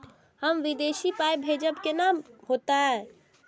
हम विदेश पाय भेजब कैना होते?